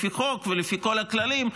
לפי חוק ולפי כל הכללים,